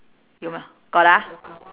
有吗 got ah